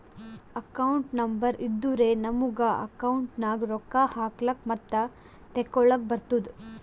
account number ಇದ್ದುರೆ ನಮುಗ account ನಾಗ್ ರೊಕ್ಕಾ ಹಾಕ್ಲಕ್ ಮತ್ತ ತೆಕ್ಕೊಳಕ್ಕ್ ಬರ್ತುದ್